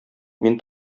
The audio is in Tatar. мин